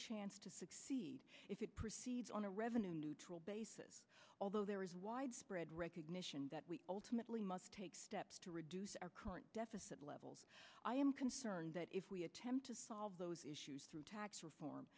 chance to succeed if it proceeds on a revenue neutral basis although there is widespread recognition that we ultimately must take steps to reduce our current deficit levels i am concerned that if we attempt to solve those issues through tax reform